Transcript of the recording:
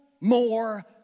more